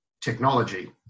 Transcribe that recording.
technology